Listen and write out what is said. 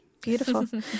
Beautiful